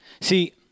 See